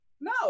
No